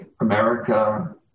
America